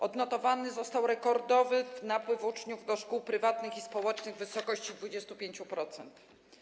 Odnotowany został rekordowy napływ uczniów do szkół prywatnych i społecznych, w wysokości 25%.